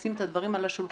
לשים את הדברים על השולחן,